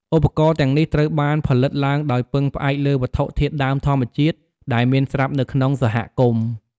ឧបករណ៍ទាំងនេះត្រូវបានផលិតឡើងដោយពឹងផ្អែកលើវត្ថុធាតុដើមធម្មជាតិ ដែលមានស្រាប់នៅក្នុងសហគមន៍។